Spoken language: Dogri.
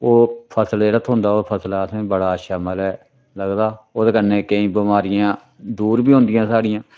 ओह् फसल जेह्ड़ा थ्होंदा ओह् फसल दा असें बड़ा अच्छा मतलब लगदा ओह्दे कन्नै केईं बमारियां दूर बी होदियां साढ़ियां